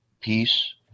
peace